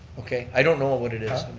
okay, i don't know what it is.